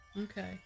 Okay